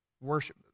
worship